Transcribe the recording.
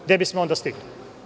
Gde bismo onda stigli?